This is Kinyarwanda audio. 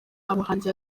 abahanzi